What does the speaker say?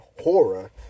horror